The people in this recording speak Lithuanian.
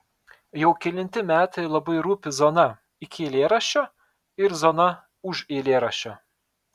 jau kelinti metai labai rūpi zona iki eilėraščio ir zona už eilėraščio